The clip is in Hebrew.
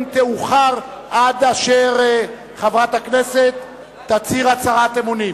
תאוחר עד אשר חברת הכנסת תצהיר הצהרת אמונים.